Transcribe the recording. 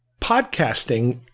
podcasting